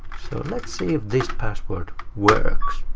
so let's see if this password works.